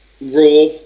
raw